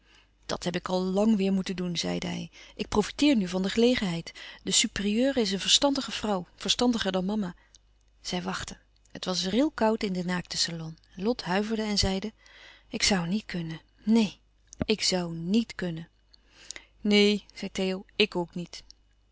dat heb ik al làng weêr moeten doen zeide hij ik profiteer nu van de gelegenheid de supérieure is een verstandige vrouw verstandiger dan mama zij wachtten het was rilkoud in den naakten salon lot huiverde en zeide ik zoû niet kunnen neen ik zoû niet kunnen louis couperus van oude menschen de dingen die voorbij gaan neen zei theo ik ook niet